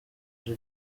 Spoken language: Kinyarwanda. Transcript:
ari